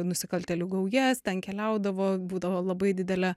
nusikaltėlių gaujas ten keliaudavo būdavo labai didelė